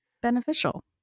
beneficial